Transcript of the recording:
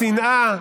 השנאה,